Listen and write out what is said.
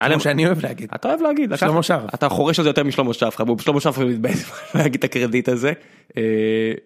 אני אוהב להגיד, אתה אוהב להגיד, שלמה שרף, אתה חורש יותר משלמה שרף חבוב שלמה מתבאס להגיד את הקרדיט הזה.